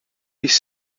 his